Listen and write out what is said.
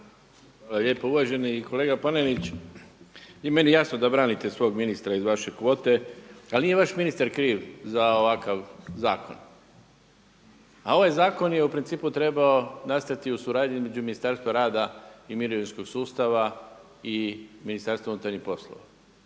Hvala lijepo. Uvaženi kolega Panenić meni je jasno da vi branite svog ministra iz vaše kvote, ali nije vaš ministar kriv az ovakav zakon. A ovaj zakon je u principu trebao nastati u suradnji između Ministarstva rada i mirovinskog sustava i Ministarstva unutarnjih poslova.